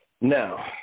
Now